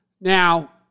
Now